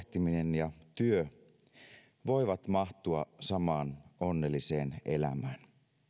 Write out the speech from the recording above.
huolehtiminen ja työ voivat mahtua samaan onnelliseen elämään